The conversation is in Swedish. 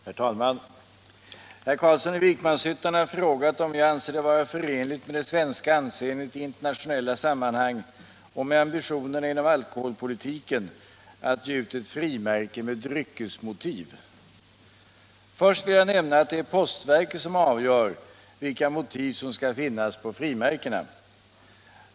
Herr talman! Herr Carlsson i Vikmanshyttan har frågat om jag anser det vara förenligt med det svenska anseendet i internationella sammanhang och med ambitionerna inom alkoholpolitiken att ge ut ett frimärke med dryckesmotiv. Först vill jag nämna att det är postverket som avgör vilka motiv som skall finnas på frimärkena.